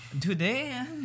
today